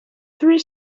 three